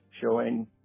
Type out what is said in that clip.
showing